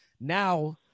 Now